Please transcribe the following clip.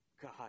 God